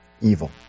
evil